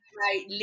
right